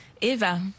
Eva